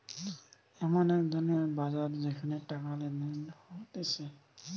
এমন এক ধরণের বাজার যেখানে টাকা লেনদেন হতিছে